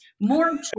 more